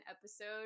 episode